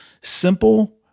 simple